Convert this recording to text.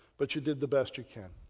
but you did the best you can.